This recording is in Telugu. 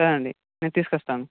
సరే అండి నేను తీసుకు వస్తాను